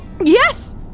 Yes